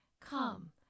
Come